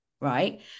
right